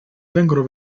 vengono